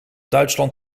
duitsland